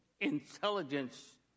intelligence